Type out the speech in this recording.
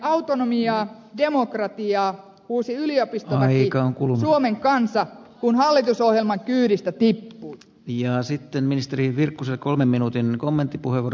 siis autonomiaa demokratiaa uusi yliopistolaki suomen kansa kun hallitusohjelman kyydistä di wun ja sitten ministeri virkkusen kolmen minuutin tippui